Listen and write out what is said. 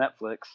Netflix